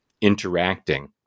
interacting